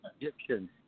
Egyptian